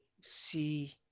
see